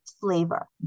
flavor